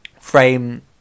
frame